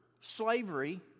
slavery